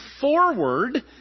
forward